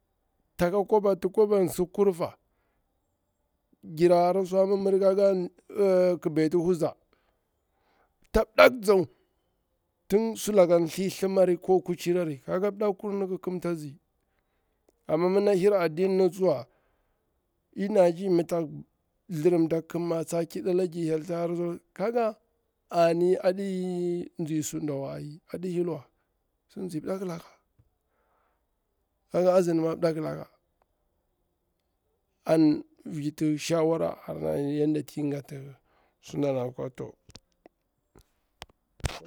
Taka kwaba ti kwaban si kurfa, gira hara swa mimmiri, ka ga ƙi beti huza, ta mɗaku zau, tin sulaka thli thimara ko kuci rari, kaga mdakkur ni ki kim tasti, amma mi na hir adin tsuwa, ina ji mi tak thlirimta kima ta ƙiɗa lagir hyel ka hal tinda kwa, kaga ani aɗi nzi suda wa ai, aɗi hilwa, ki nzi mdakilaka, an viti shawara yadda ti gatini sudani akwa to.